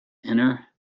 inner